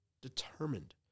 determined